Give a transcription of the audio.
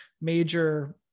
major